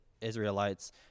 israelites